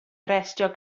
arestio